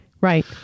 Right